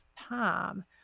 time